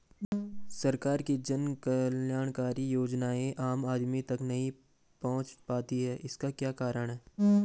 सरकार की जन कल्याणकारी योजनाएँ आम आदमी तक नहीं पहुंच पाती हैं इसका क्या कारण है?